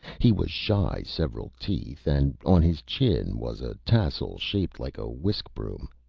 he was shy several teeth and on his chin was a tassel shaped like a whisk-broom.